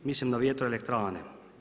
Mislim na vjetroelektrane.